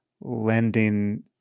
lending